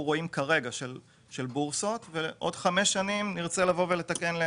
רואים כרגע ובעוד חמש שנים נרצה לבוא ולתקן.